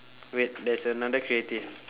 wait there's another creative